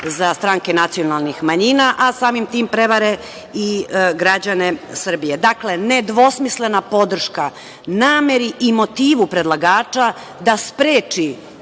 za stranke nacionalnih manjina, a samim tim prevare i građane Srbije. Dakle, nedvosmislena podrška nameri i motivu predlagača da spreči